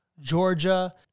Georgia